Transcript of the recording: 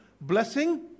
blessing